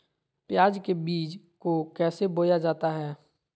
प्याज के बीज को कैसे बोया जाता है?